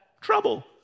trouble